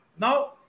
Now